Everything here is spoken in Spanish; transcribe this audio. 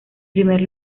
primer